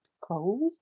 closed